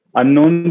unknown